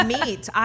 Meat